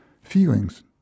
feelings